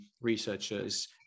researchers